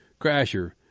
Crasher